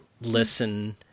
listen